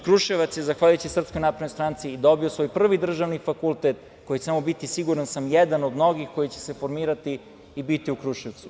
Kruševac je zahvaljujući SNS dobio i svoj prvi državni fakultet koji će samo biti, siguran sam, jedan od mnogih koji će se formirati i biti u Kruševcu.